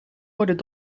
worden